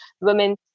women